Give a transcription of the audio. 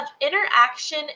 interaction